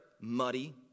muddy